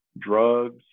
drugs